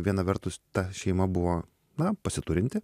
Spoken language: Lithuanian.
viena vertus ta šeima buvo na pasiturinti